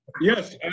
Yes